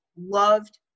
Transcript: loved